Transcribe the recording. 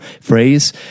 phrase